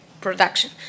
production